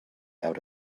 out